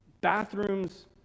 bathrooms